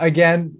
Again